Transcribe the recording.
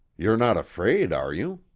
you're not afraid, are you?